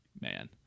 man